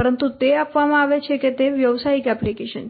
પરંતુ તે આપવામાં આવે છે કે તે વ્યવસાયિક એપ્લિકેશન છે